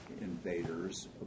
invaders